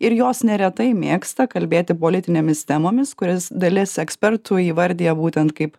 ir jos neretai mėgsta kalbėti politinėmis temomis kuris dalis ekspertų įvardija būtent kaip